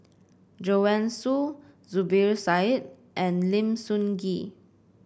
Joanne Soo Zubir Said and Lim Sun Gee